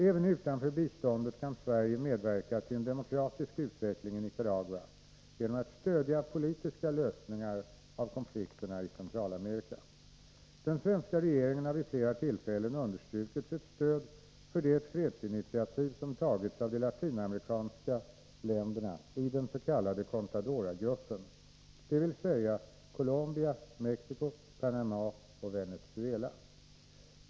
Även utanför biståndet kan Sverige medverka till en demokratisk utveckling i Nicaragua genom att stödja politiska lösningar av konflikterna i Centralamerika. Den svenska regeringen har vid flera tillfällen understrukit sitt stöd för det fredsinitiativ som tagits av de latinamerikanska länderna i den s.k. Contadoragruppen, dvs. Colombia, Mexico, Panama och Venezuela.